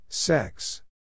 Sex